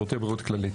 שירותי בריאות כללית.